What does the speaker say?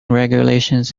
regulations